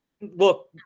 look